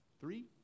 Three